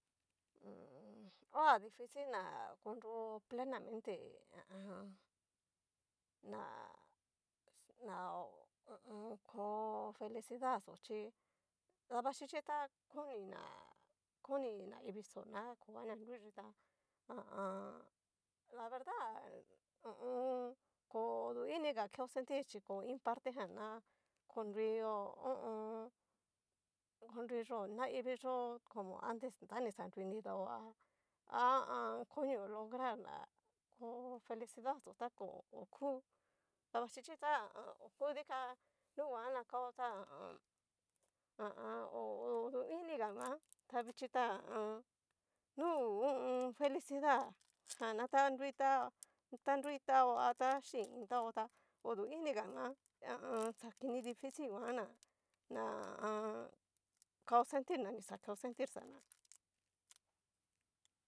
ho a dificil na konrio plenamente ha a an. na- na ho mmmm ko felicidad xó chí, dabaxhichi koni na koni naivii xó na kogana nruilli ta ha a an. la verdad ha a an mko du iniga keo sentir chí chiko iin parte jan ná konrio ho o on. konriyo'o naivii yó como antes ta ni xa nrui nidao ha. ha a an konio lograr ná, ko felicidaxó ta ko oku dabaxichi ta oku dikan, nunguan nakao ta ha a an ha a an. ho oduiniga nguan, gta vichí ha a an. nu u hu u un. felicidad jan ta nrui ta tao a ta xhi iin tao tá odu iinga nguan, ha a an xa kini dificil nguan ná- na ha a an. kao sentir na ni xa keo sentir xana.